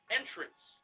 entrance